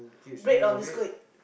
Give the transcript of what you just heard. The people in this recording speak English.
bread or biskut